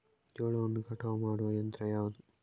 ಜೋಳವನ್ನು ಕಟಾವು ಮಾಡುವ ಯಂತ್ರ ಯಾವುದು?